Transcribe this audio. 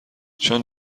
چون